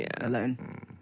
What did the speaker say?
alone